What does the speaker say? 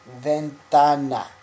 Ventana